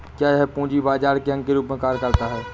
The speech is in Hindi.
क्या यह पूंजी बाजार के अंग के रूप में कार्य करता है?